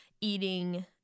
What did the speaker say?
eating